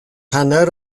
hanner